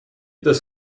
this